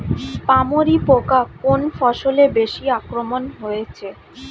পামরি পোকা কোন ফসলে বেশি আক্রমণ হয়েছে?